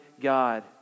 God